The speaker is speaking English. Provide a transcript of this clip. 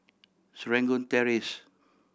Serangoon Terrace